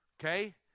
okay